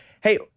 Hey